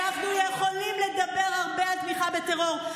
אנחנו יכולים לדבר הרבה על תמיכה בטרור,